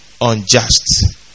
unjust